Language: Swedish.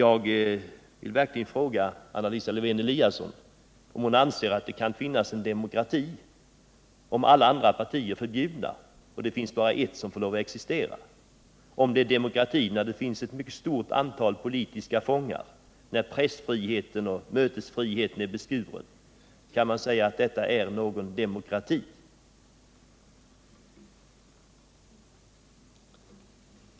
Jag vill verkligen fråga Anna Lisa Lewén-Eliasson om hon anser att det är demokrati om bara ett parti får lov att existera och alla andra partier är förbjudna, om det är en demokrati när det finns ett mycket stort antal politiska fångar och när pressfriheten och mötesfriheten är beskuren. Kan man säga att det är en demokrati?